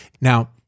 Now